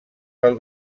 pel